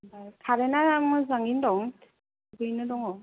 आमफ्राय कारेन्ट आ मोजाङैनो दं थिगैनो दङ